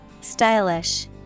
Stylish